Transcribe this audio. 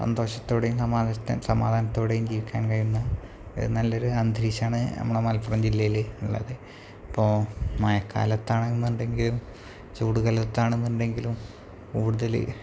സന്തോഷത്തോടെയും സമാവിഷ്ട സമാധാനത്തോടെയും ജീവിക്കാൻ കഴിയുന്ന നല്ലൊരു അന്തരീക്ഷമാണ് നമ്മുടെ മലപ്പുറം ജില്ലയിൽ ഉള്ളത് ഇപ്പോൾ മഴ കാലത്താണെന്നുണ്ടെങ്കിലും ചൂട് കലത്താണെന്നുണ്ടെങ്കിലും കൂടുതൽ